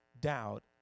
doubt